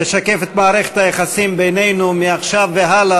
תשקף את מערכת היחסים בינינו מעכשיו והלאה